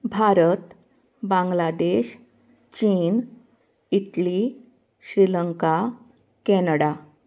भारत बांगलादेश चीन Italy Sri Lanka Canada